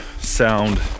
sound